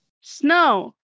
Snow